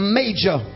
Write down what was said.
major